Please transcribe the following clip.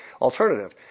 alternative